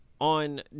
On